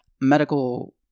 medical